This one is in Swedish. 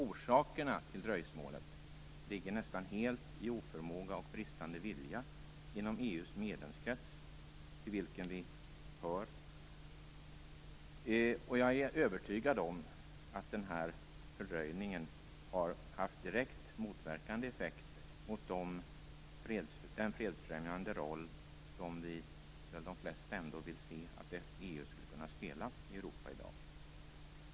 Orsakerna till dröjsmålet ligger nästan helt i oförmåga och bristande vilja inom EU:s medlemskrets, till vilken vi hör. Jag är övertygad om att den här fördröjningen har haft direkt motverkande effekt gentemot den fredsfrämjande roll som de flesta ändå vill se att EU skall spela i Europa i dag.